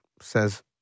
says